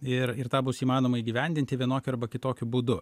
ir ir tą bus įmanoma įgyvendinti vienokiu arba kitokiu būdu